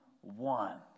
one